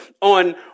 on